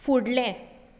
फुडलें